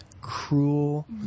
cruel